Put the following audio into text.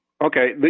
Okay